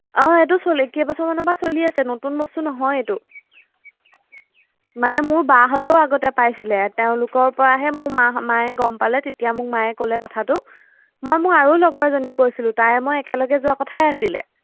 অঁ এইটো চলি কেইবছৰমানৰ পৰা চলি আছে নতুন বস্তু নহয় এইটো মানে মোৰ বাহঁতেও আগতে পাইছিলে তেওঁলোকৰ পৰাহে মোৰ মাহ মায়ে গম পালে তেতিয়া মোক মায়ে ক'লে কথাটো মই মোৰ আৰু লগৰ এজনীক কৈছিলোঁ তাই মই একেলগে যোৱাৰ কথাই আছিলে